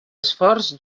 esforç